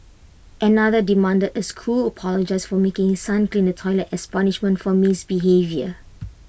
another demanded A school apologise for making his son clean the toilet as punishment for misbehaviour